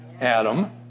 Adam